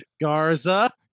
Garza